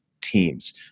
teams